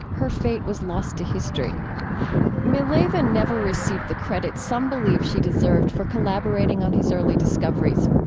her fate was lost to history mileva never received the credit some believe she deserved for collaborating on his early discoveries.